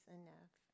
enough